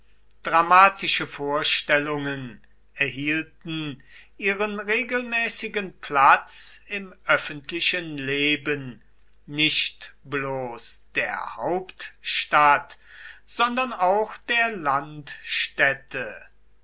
dramatische vorstellungen erhielten ihren regelmäßigen platz im öffentlichen leben nicht bloß der hauptstadt sondern auch der